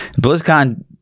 BlizzCon